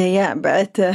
deja bet